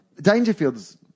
Dangerfield's